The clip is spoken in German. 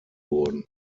wurden